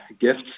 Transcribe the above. gifts